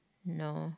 no